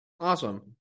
Awesome